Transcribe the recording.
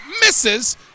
Misses